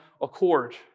accord